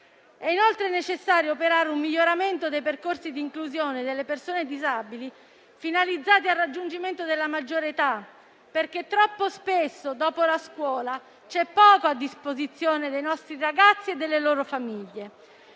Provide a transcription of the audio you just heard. È inoltre necessario operare un miglioramento dei percorsi di inclusione delle persone disabili finalizzati al raggiungimento della maggiore età, perché troppo spesso, dopo la scuola, c'è poco a disposizione per i nostri ragazzi e le loro famiglie.